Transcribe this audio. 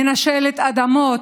מנשלת אדמות,